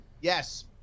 Yes